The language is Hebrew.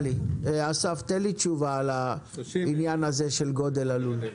אסף, תן לי תשובה לעניין הזה של גודל הלול.